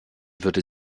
würde